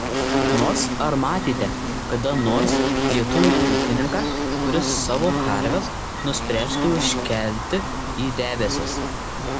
nors ar matėte kada nors lietuvį ūkininką kuris savo karves nuspręstų iškelti į debesis